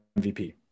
MVP